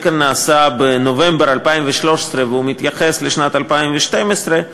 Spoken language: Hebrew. שנעשה בנובמבר 2013 ומתייחס לשנת 2012,